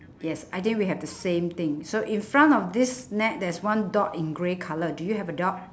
yes I think we have the same thing so in front of this net there's one dog in grey colour do you have a dog